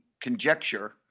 conjecture